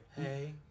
Hey